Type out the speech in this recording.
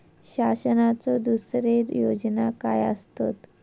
शासनाचो दुसरे योजना काय आसतत?